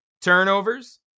turnovers